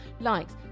likes